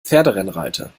pferderennreiter